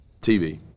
TV